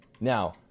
Now